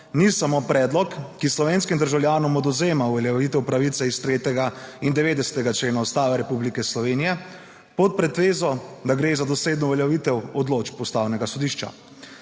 ni samo predlog, ki slovenskim državljanom odvzema uveljavitev pravice iz 3. in 90. člena Ustave Republike Slovenije pod pretvezo, da gre za dosledno uveljavitev odločb ustavnega sodišča.